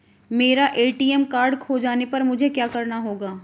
मेरा ATM card खो जाने पर मुझे क्या करना होगा?